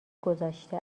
گذاشته